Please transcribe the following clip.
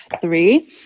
three